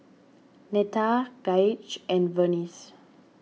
Netta Gaige and Vernice